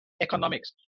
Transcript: economics